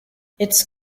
its